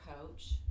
coach